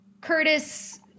Curtis